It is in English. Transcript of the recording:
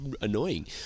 annoying